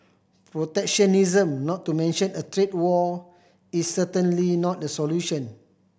protectionism not to mention a trade war is certainly not the solution